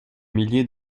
millier